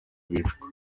bicwa